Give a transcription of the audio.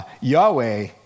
Yahweh